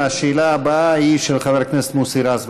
השאלה הבאה היא של חבר הכנסת מוסי רז.